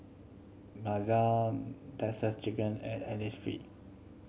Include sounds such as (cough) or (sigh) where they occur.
(unintelligible) Texas Chicken and Innisfree